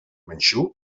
manxú